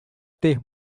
ter